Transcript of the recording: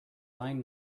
line